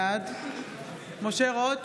בעד משה רוט,